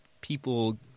people